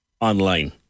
online